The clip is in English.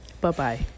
Bye-bye